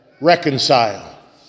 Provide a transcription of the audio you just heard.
reconcile